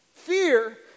fear